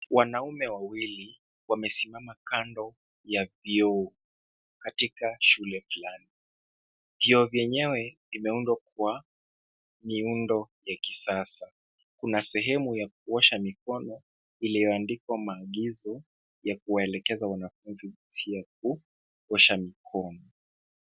Wanaume wawili wamesimama kando ya vyoo katika shule fulani. Vyoo vyenyewe vimeundwa kwa miundo ya kisasa. Kuna sehemu ya kuosha mikono iliyoandikwa maagizo ya kuwaelekeza wanafunzi sio ya kuosha mikono.